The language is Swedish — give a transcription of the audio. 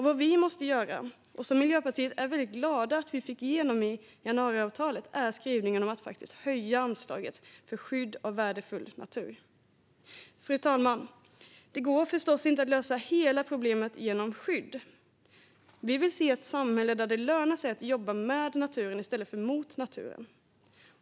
Vad vi måste göra, vilket vi i Miljöpartiet är väldigt glada att vi fick in en skrivning om i januariavtalet, är att höja anslaget för skydd av värdefull natur. Fru talman! Det går förstås inte att lösa hela problemet genom skydd. Vi vill se ett samhälle där det lönar sig att jobba med naturen i stället för mot den.